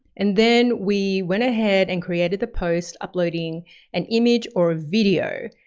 and then we went ahead and created the post uploading an image or a video,